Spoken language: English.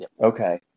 Okay